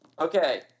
Okay